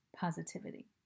positivity